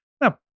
Now